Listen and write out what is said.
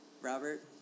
Robert